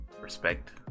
respect